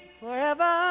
forever